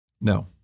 No